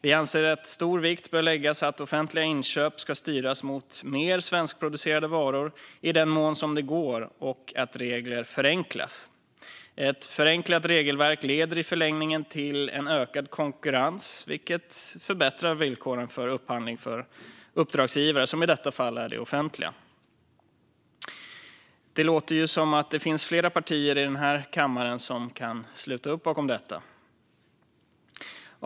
Vi anser att stor vikt bör läggas vid att offentliga inköp ska styras mot mer svenskproducerade varor i den mån som det går och att regler bör förenklas. Ett förenklat regelverk leder i förlängningen till en ökad konkurrens, vilket förbättrar villkoren vid upphandling för uppdragsgivare, som i detta fall är det offentliga. Det låter som att det finns flera partier i den här kammaren som kan sluta upp bakom detta.